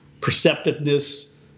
perceptiveness